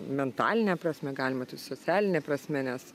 mentaline prasme galima tai socialine prasme nes